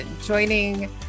joining